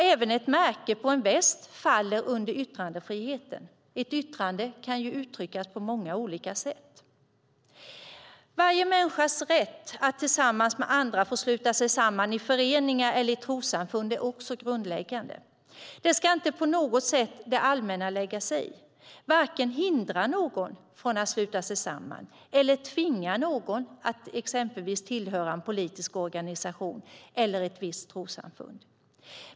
Även ett märke på en väst faller under yttrandefriheten. Ett yttrande kan uttryckas på många olika sätt. Varje människas rätt att tillsammans med andra få sluta sig samman i föreningar eller i trossamfund är också grundläggande. Det ska inte det allmänna på något sätt lägga sig i, varken hindra några från att sluta sig samman eller tvinga någon att exempelvis tillhöra en politisk organisation eller ett visst trossamfund.